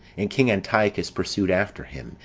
and king antiochus pursued after him,